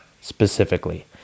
specifically